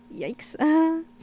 Yikes